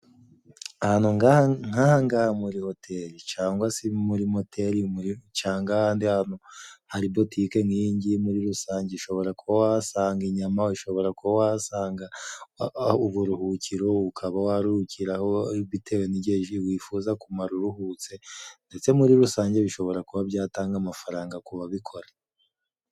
Ahantu nga nkaha muri hoteli cangwa se muri moteri muri cangwa ahandi hantu hari botike nk'iyi ngiyi muri rusange ushobora kuba wasanga inyama ,ushobora kuba wasanga uburuhukiro ukaba waruhukiraho bitewe n'igihe wifuza kumara uruhutse, ndetse muri rusange bishobora kuba byatanga amafaranga ku babikora.